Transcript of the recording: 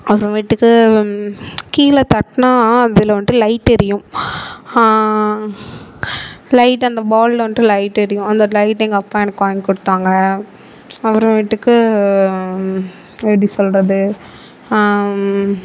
அப்புறமேட்டுக்கு கீழே தட்டினா அதில் வந்துட்டு லைட் எரியும் லைட் அந்த பாலில் வந்துட்டு லைட் எரியும் அந்த லைட் எங்கள் அப்பா எனக்கு வாங்கிக் கொடுத்தாங்க அப்புறமேட்டுக்கு எப்படி சொல்கிறது